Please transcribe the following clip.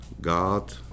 God